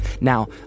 Now